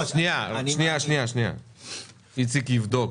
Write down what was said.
איציק יבדוק